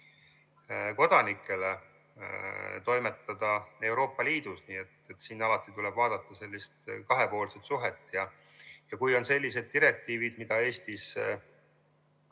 [võimaluse] toimetada Euroopa Liidus. Nii et alati tuleb vaadata sellist kahepoolset suhet. Kui on sellised direktiivid, mida Eestis